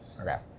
Okay